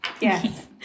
Yes